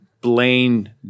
Blaine